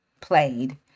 played